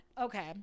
Okay